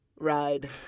ride